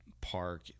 park